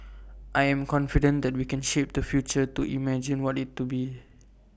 I am confident that we can shape the future to imagine what IT to be